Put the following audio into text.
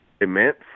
Immense